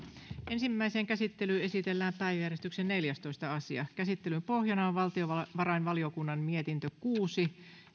ensimmäiseen käsittelyyn esitellään päiväjärjestyksen neljästoista asia käsittelyn pohjana on valtiovarainvaliokunnan mietintö kuusi